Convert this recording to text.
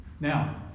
Now